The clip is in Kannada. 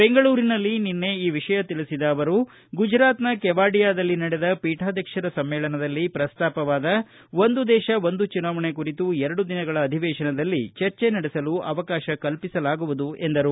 ಬೆಂಗಳೂರಿನಲ್ಲಿ ನಿನ್ನೆ ಈ ವಿಷಯ ತಿಳಿಸಿದ ಅವರು ಗುಜರಾತ್ನ ಕೆವಾಡಿಯಾದಲ್ಲಿ ನಡೆದ ಪೀಠಾಧ್ವಕ್ಷರ ಸಮ್ಮೇಳನದಲ್ಲಿ ಪ್ರಸ್ತಾಪವಾದ ಒಂದು ದೇಶ ಒಂದು ಚುನಾವಣೆ ಕುರಿತು ಎರಡು ದಿನಗಳ ಅಧಿವೇಶನದಲ್ಲಿ ಚರ್ಚೆ ನಡೆಸಲು ಅವಕಾಶ ಕಲ್ಪಿಸಲಾಗುವುದು ಎಂದರು